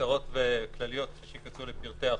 קצרות וכלליות, שייכנסו לפרטי החוק.